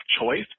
choice